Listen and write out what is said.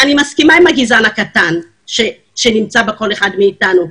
אני מסכימה עם הגזען הקטן שנמצא בכל אחד מאתנו,